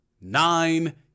Nine